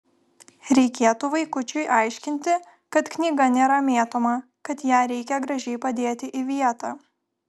reikėtų vaikučiui aiškinti kad knyga nėra mėtoma kad ją reikia gražiai padėti į vietą